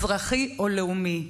אזרחי או לאומי.